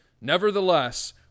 Nevertheless